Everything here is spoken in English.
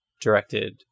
directed